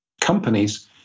companies